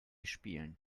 spielen